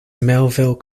melville